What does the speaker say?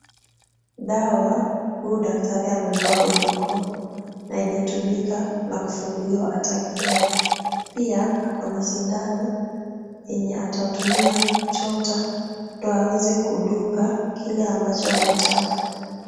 Dawa, huyu daktari amebeba kwenye mkono na haijatumika na kufunguliwa hata kidogo. Pia, ako na sindano, yenye atatumia kuchota, ndio aweze kudunga kile ambacho anataka.